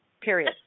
period